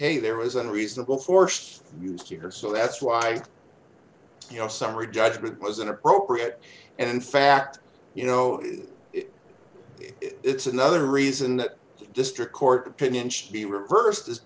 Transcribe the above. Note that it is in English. hey there was a reasonable force used here so that's why you know summary judgment was inappropriate and fact you know it's another reason that district court opinion should be reversed is